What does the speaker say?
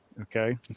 Okay